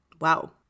Wow